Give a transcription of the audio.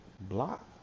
Block